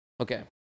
okay